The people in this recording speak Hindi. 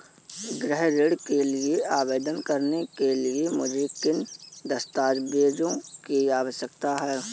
गृह ऋण के लिए आवेदन करने के लिए मुझे किन दस्तावेज़ों की आवश्यकता है?